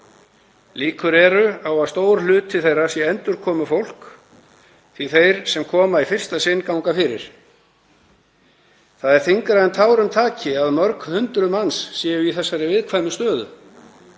Líkur eru á að stór hluti þeirra sé endurkomufólk, því þeir sem koma í fyrsta sinn ganga fyrir. Það er þyngra en tárum taki að mörg hundruð manns séu í þessari viðkvæmu stöðu.